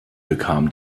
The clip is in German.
bekam